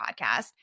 podcast